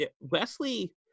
Wesley